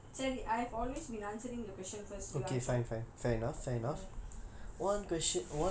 சரி:sari I've always been answering the question first you answer mm